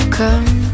come